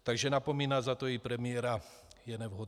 Takže napomínat za to i premiéra je nevhodné.